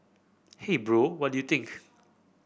hey bro what do you think